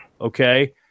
okay